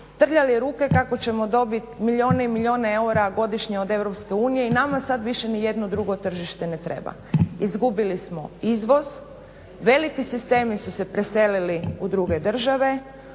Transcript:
trljali ruke kako ćemo dobit milijune i milijune eura godišnje od Europske unije i nama sad više nijedno drugo tržište ne treba. Izgubili smo izvoz, veliki sistemi su se preselili u druge države,